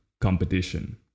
competition